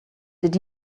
did